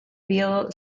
wheel